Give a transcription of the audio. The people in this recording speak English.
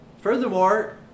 Furthermore